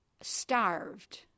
starved